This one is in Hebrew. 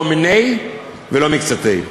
לא מיניה ולא מקצתיה.